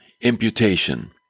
imputation